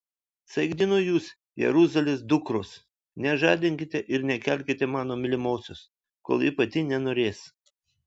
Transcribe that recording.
saikdinu jus jeruzalės dukros nežadinkite ir nekelkite mano mylimosios kol ji pati nenorės